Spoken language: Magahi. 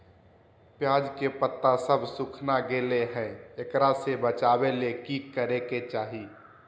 प्याज के पत्ता सब सुखना गेलै हैं, एकरा से बचाबे ले की करेके चाही?